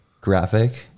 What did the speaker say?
graphic